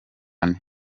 ane